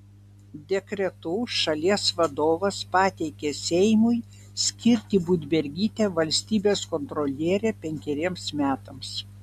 dekretu šalies vadovas pateikė seimui skirti budbergytę valstybės kontroliere penkeriems metams